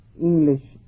English